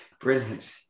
Brilliant